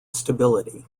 stability